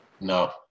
No